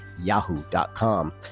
Yahoo.com